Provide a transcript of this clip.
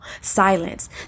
silence